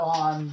on